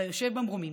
ליושב במרומים.